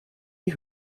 die